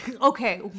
Okay